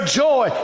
joy